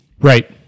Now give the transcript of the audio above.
Right